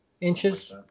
inches